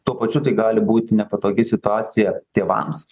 tuo pačiu tai gali būti nepatogi situacija tėvams